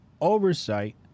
oversight